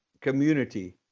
community